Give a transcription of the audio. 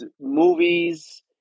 movies